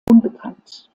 unbekannt